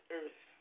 earth